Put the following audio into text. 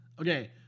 Okay